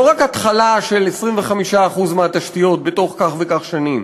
לא רק התחלה של 25% מהתשתיות בתוך כך וכך שנים,